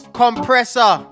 compressor